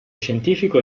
scientifico